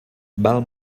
val